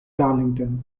darlington